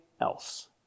else